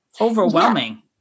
overwhelming